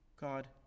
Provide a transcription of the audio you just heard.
God